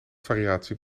variatie